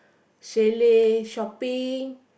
chalet shopping